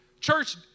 Church